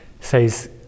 says